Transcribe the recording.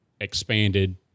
expanded